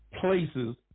places